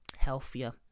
healthier